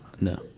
no